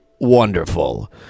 wonderful